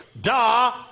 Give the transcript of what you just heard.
Duh